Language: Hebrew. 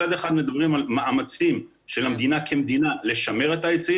מצד אחד מדברים על מאמצים של המדינה כמדינה לשמר את העצים